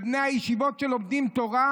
בבני הישיבות שלומדים תורה,